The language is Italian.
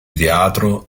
teatro